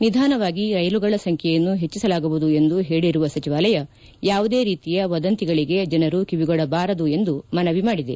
ನಿಧಾನವಾಗಿ ರೈಲುಗಳ ಸಂಚ್ಲೆಯನ್ನು ಹೆಚ್ಚಿಸಲಾಗುವುದು ಎಂದು ಹೇಳಿರುವ ಸಚಿವಾಲಯ ಯಾವುದೇ ರೀತಿಯ ವದಂತಿಗಳಿಗೆ ಜನರು ಕಿವಿಗೊಡಬಾರದು ಎಂದು ಮನವಿ ಮಾಡಿದೆ